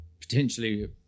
potentially